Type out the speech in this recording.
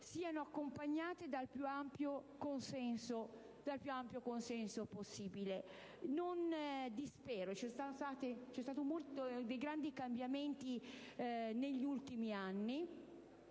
siano accompagnate dal più ampio consenso possibile. Non dispero: ci sono stati grandi cambiamenti negli ultimi anni